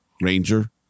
Ranger